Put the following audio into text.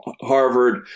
Harvard